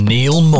Neil